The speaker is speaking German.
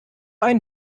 einen